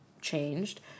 changed